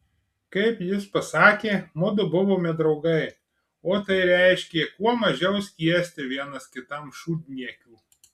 kaip jis pasakė mudu buvome draugai o tai reiškė kuo mažiau skiesti vienas kitam šūdniekių